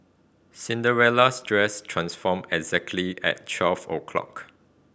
Cinderella's dress transformed exactly at twelve o'clock